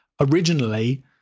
originally